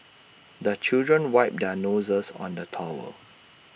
the children wipe their noses on the towel